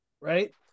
right